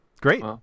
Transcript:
great